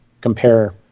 compare